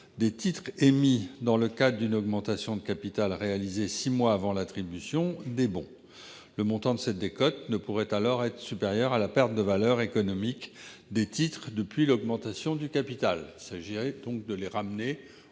des titres émis dans le cadre d'une augmentation de capital réalisée six mois avant l'attribution des bons. Le montant de cette décote ne pourrait alors être supérieur à la perte de valeur économique des titres depuis l'augmentation de capital. Il s'agirait donc de ramener